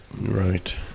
Right